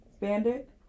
Bandit